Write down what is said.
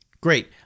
Great